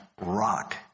rock